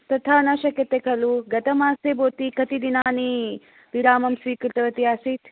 तथा न शक्यते खलु गतमासे भवती कति दिनानि विरामं स्वीकृतवती आसीत्